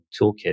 toolkit